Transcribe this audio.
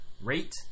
rate